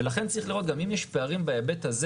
ולכן צריך לראות אם יש פערים בהיבט הזה